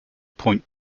point